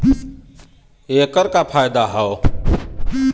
ऐकर का फायदा हव?